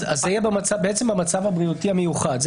זה יהיה במצב הבריאותי המיוחד.